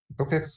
Okay